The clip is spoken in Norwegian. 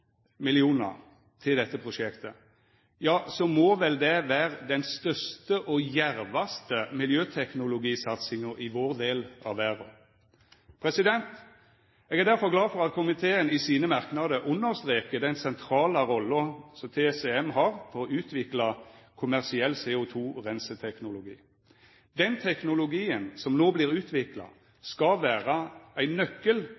– til dette prosjektet, ja, så må vel det vera den største og djervaste miljøteknologisatsinga i vår del av verda. Eg er derfor glad for at komiteen i sine merknader understrekar den sentrale rolla TCM har i å utvikla kommersiell CO2-reinseteknologi. Den teknologien som no vert utvikla, skal vera ein nøkkel